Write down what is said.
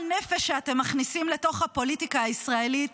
נפש שאתם מכניסים לתוך הפוליטיקה הישראלית,